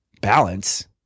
Balance